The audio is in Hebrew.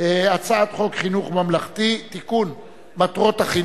הוא הצביע נגד והתכוון להצביע בעד.